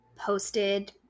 posted